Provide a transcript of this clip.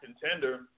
contender